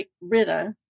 rita